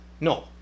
No